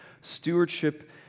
Stewardship